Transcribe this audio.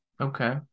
Okay